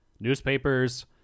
newspapers